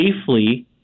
safely